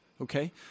Okay